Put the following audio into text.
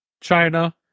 China